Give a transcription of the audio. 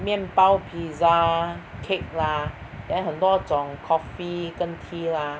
面包 pizza cake lah then 很多种 coffee 跟 tea lah